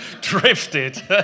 drifted